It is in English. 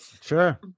sure